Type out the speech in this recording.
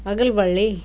ಹಾಗಲ ಬಳ್ಳಿ